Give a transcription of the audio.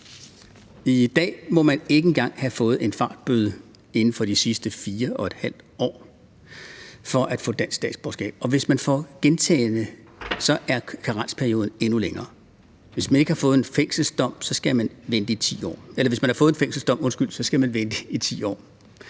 I dag må man ikke engang have fået en fartbøde inden for de sidste 4½ år for at få dansk statsborgerskab. Og hvis man får gentagne bøder, er karensperioden endnu længere. Hvis man har fået en fængselsdom, skal man vente i 10 år.